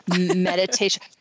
Meditation